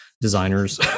designers